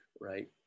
right